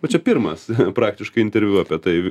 o čia pirmas praktiškai interviu apie tai